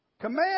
command